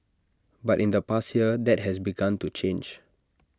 but in the past year that has begun to change